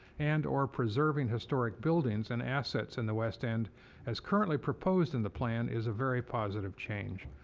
and or preserving historic buildings and assets in the west end as currently proposed in the plan is a very positive change.